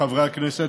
חברי הכנסת,